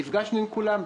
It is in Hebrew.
נפגשנו עם כולם,